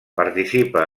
participa